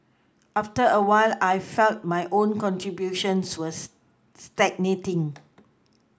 after a while I felt my own contributions was stagnating